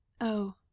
Oh